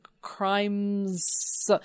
crimes